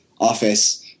office